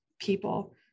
people